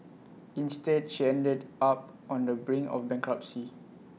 instead she ended up on the brink of bankruptcy